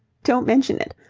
don't mention it.